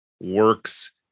works